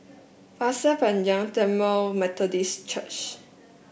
Pasir Panjang Tamil Methodist Church